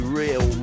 real